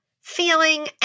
feeling